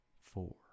four